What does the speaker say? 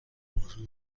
موضوع